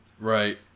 Right